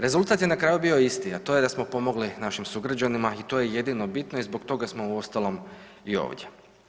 Rezultat je na kraju bio isti, a to je da smo pomogli našim sugrađanima i to je jedino bitno i zbog toga smo uostalom i ovdje.